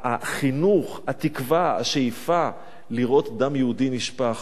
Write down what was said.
החינוך, התקווה, השאיפה לראות דם יהודי נשפך.